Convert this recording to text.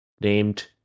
named